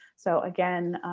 so again,